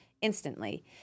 instantly